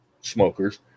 smokers